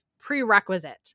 prerequisite